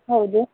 ಹೌದು